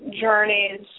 journeys